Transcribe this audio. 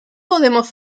podemos